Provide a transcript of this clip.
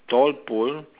tall pole